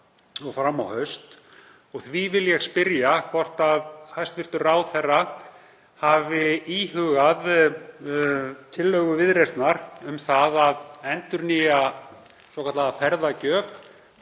og fram á haust. Því vil ég spyrja hvort hæstv. ráðherra hafi íhugað tillögu Viðreisnar um að endurnýja svokallaða ferðagjöf,